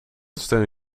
steun